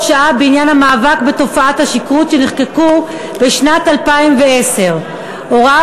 שעה בעניין המאבק בתופעת השכרות שנחקקו בשנת 2010. ההוראה